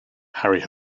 harry